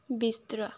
ਬਿਸਤਰ